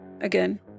Again